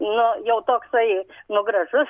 nu jau toksai nu gražus